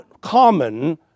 common